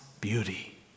beauty